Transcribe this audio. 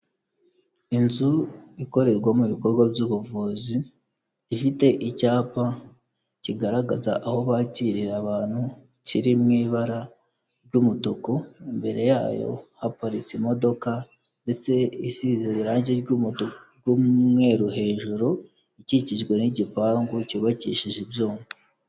Inzu ikorerwamo ibikorwa by'ubuvuzi, ifite icyapa kigaragaza aho bakirira abantu, kiri mu ibara ry'umutuku, imbere yayo haparitse imodoka ndetse isize irangi ry'umutu n'umweru hejuru, ikikijwe n'igipangu cyubakishije ibyuma.